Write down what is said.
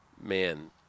man